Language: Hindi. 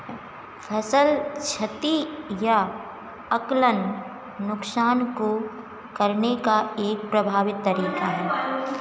फसल क्षति या आंकलन नुकसान को करने का एक प्रभावित तरीका है